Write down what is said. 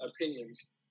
opinions